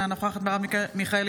אינה נוכחת מרב מיכאלי,